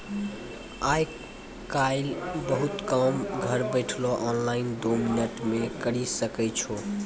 आय काइल बहुते काम घर बैठलो ऑनलाइन दो मिनट मे करी सकै छो